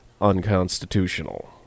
unconstitutional